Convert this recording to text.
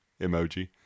Emoji